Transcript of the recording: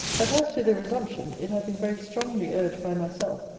that as to the resumption, it had been very strongly urged by myself,